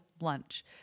lunch